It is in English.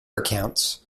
accounts